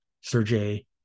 sergey